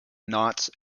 noughts